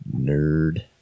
Nerd